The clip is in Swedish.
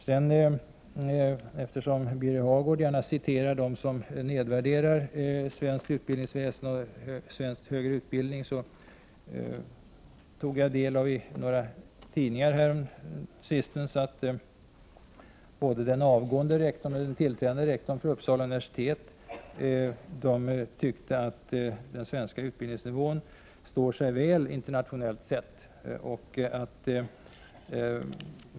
Birger Hagård citerar gärna dem som nedvärderar svenskt utbildningsväsen och svensk högre utbildning. Jag tog del av uppgifter i några tidningar häromsistens att både den avgående och den tillträdande rektorn för Uppsala universitet tyckte att den svenska utbildningsnivån står sig väl internationellt sett.